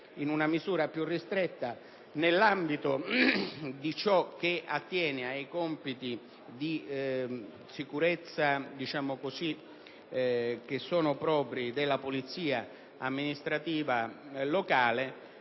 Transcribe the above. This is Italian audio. in una misura più ristretta, nell'ambito di ciò che attiene ai compiti di sicurezza, propri della polizia amministrativa locale.